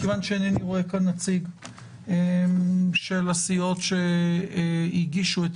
מכיוון שאינני רואה כאן נציג של הסיעות שהציעו את